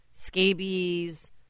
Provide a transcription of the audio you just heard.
Scabies